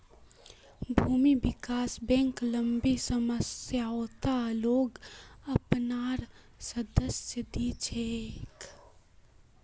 भूमि विकास बैंक लम्बी सम्ययोत लोन अपनार सदस्यक दी छेक